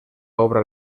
obra